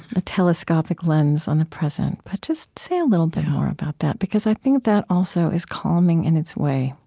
a telescopic lens on the present. but just say a little bit more about that, because i think that also is calming, in its way,